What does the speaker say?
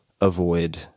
avoid